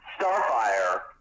Starfire